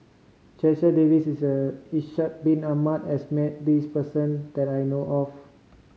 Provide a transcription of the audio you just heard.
Checha Davies Ishak Bin Ahmad has met this person that I know of